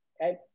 okay